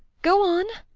go on!